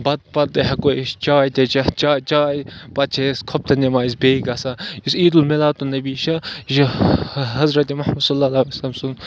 بَتہٕ پَتہٕ ہٮ۪کو أسۍ چاے تہِ چٮ۪تھ چا چاے پَتہٕ چھِ أسۍ کھۄفتَن نٮ۪مازِ بیٚیہِ گژھان یُس عیٖد المیٖلاتُن نبی چھُ یہِ چھُ حضرت محمد صلی اللہ علیہ وسلم سُنٛد